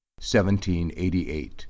1788